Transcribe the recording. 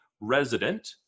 resident